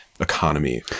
economy